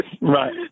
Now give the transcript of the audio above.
Right